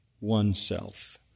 oneself